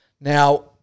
Now